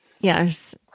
Yes